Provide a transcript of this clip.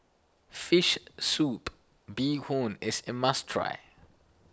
Fish Soup Bee Hoon is a must try